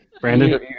Brandon